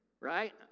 Right